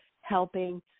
helping